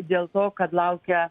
dėl to kad laukia